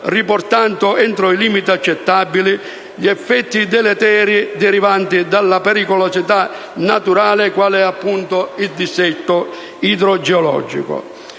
riportando entro limiti accettabili gli effetti deleteri derivanti dalle pericolosità naturali, quale è appunto il dissesto idrogeologico.